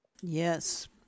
Yes